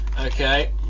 Okay